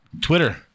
Twitter